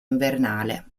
invernale